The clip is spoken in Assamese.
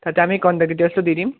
তাতে আমি কণ্টেক্ট ডিটেইলচটো দি দিম